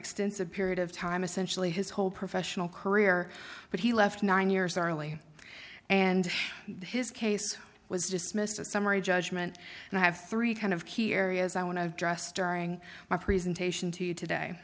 extensive period of time essentially his whole professional career but he left nine years early and his case was dismissed a summary judgment and i have three kind of key areas i want to address during my presentation to you today